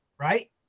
right